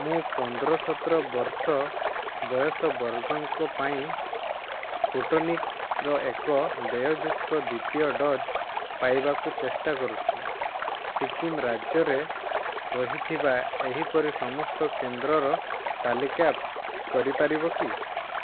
ମୁଁ ପନ୍ଦର ସତର ବର୍ଷ ବୟସ ବର୍ଗଙ୍କ ପାଇଁ ସ୍ପୁଟନିକ୍ର ଏକ ଦେୟଯୁକ୍ତ ଦ୍ୱିତୀୟ ଡୋଜ୍ ପାଇବାକୁ ଚେଷ୍ଟା କରୁଛି ସିକିମ୍ ରାଜ୍ୟରେ ରହିଥିବା ଏହିପରି ସମସ୍ତ କେନ୍ଦ୍ରର ତାଲିକା କରିପାରିବ କି